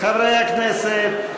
חברי הכנסת,